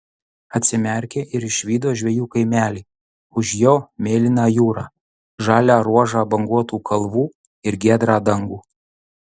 atsimerkė ir išvydo žvejų kaimelį už jo mėlyną jūrą žalią ruožą banguotų kalvų ir giedrą dangų